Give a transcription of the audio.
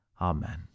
Amen